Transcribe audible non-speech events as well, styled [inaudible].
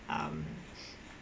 um [noise]